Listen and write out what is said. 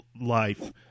life